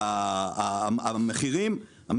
בין 2021 ל-2022.